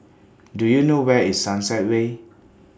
Do YOU know Where IS Sunset Way